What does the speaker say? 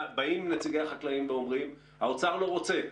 באים נציגי החקלאים ואומרים שהאוצר לא רוצה.